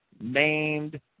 named